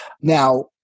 Now